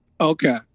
Okay